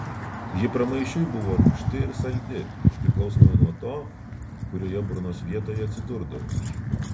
ji pramaišiui buvo rūgšti ir saldi priklausomai nuo to kurioje burnos vietoje atsidurdavo